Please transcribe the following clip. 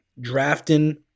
drafting